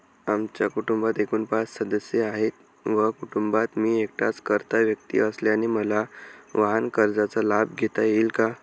आमच्या कुटुंबात एकूण पाच सदस्य आहेत व कुटुंबात मी एकटाच कर्ता व्यक्ती असल्याने मला वाहनकर्जाचा लाभ घेता येईल का?